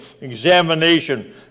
Examination